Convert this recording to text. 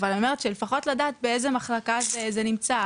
אבל אני אומרת שלפחות לדעת באיזה מחלקה זה נמצא,